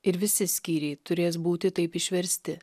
ir visi skyriai turės būti taip išversti